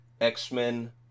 X-Men